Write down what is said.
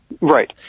Right